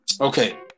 Okay